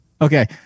Okay